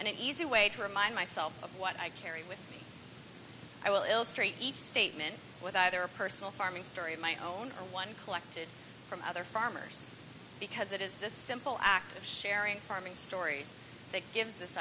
it easy way to remind myself of what i carry with i will illustrate each statement with either a personal farming story of my own or one collected from other farmers because it is the simple act of sharing farming stories that gives